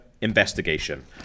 Investigation